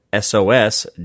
SOS